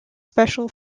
special